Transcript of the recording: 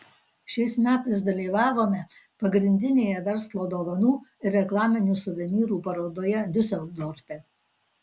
šiais metais dalyvavome pagrindinėje verslo dovanų ir reklaminių suvenyrų parodoje diuseldorfe